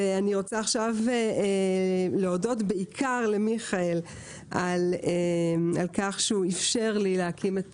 אני מודה למיכאל על כך שאפשר לי להקים את